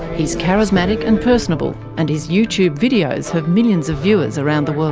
he's charismatic and personable, and his youtube videos have millions of viewers around the world.